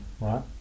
Right